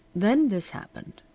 then this happened.